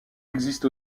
existe